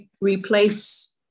replace